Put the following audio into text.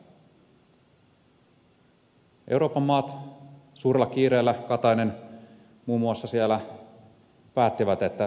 euroopan maat suurella kiireellä katainen muun muassa siellä päättivät että tässä on se hektinen piste